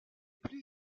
plus